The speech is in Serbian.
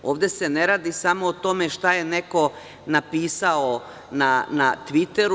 Ovde se ne radi samo o tome šta je neko napisao na „Tviteru“